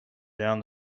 down